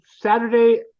Saturday